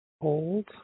Hold